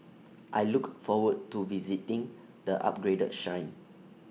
I look forward to visiting the upgraded Shrine